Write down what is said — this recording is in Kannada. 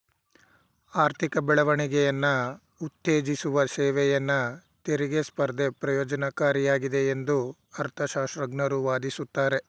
ಆರ್ಥಿಕ ಬೆಳವಣಿಗೆಯನ್ನ ಉತ್ತೇಜಿಸುವ ಸೇವೆಯನ್ನ ತೆರಿಗೆ ಸ್ಪರ್ಧೆ ಪ್ರಯೋಜ್ನಕಾರಿಯಾಗಿದೆ ಎಂದು ಅರ್ಥಶಾಸ್ತ್ರಜ್ಞರು ವಾದಿಸುತ್ತಾರೆ